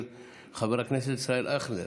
של חבר הכנסת ישראל אייכלר,